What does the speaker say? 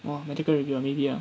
!wah! medical review ah maybe ah